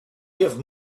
give